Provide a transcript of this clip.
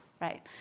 right